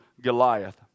Goliath